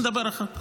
נדבר אחר כך.